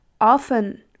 often